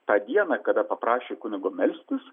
tą dieną kada paprašė kunigo melstis